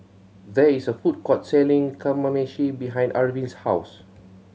there is a food court selling Kamameshi behind Arvin's house